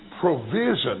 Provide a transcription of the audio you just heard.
provision